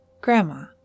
Grandma